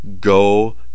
go